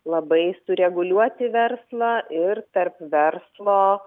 labai sureguliuoti verslą ir tarp verslo